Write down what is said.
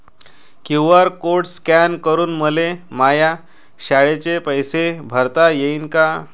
QR code scan करून मले माया शाळेचे पैसे भरता येईन का?